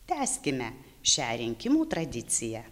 tęskime šią rinkimų tradiciją